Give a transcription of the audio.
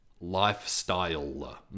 Lifestyle